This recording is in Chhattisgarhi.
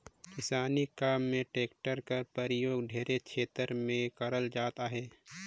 किसानी काम मे टेक्टर कर परियोग ढेरे छेतर मे करल जात अहे